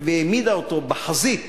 -- והעמידה אותו בחזית,